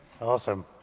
Awesome